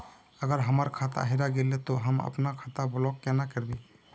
अगर हमर खाता हेरा गेले ते हम अपन खाता ब्लॉक केना करबे?